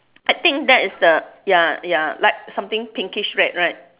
I think that's the ya ya like something pinkish red right